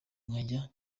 nkajya